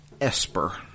Esper